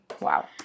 Wow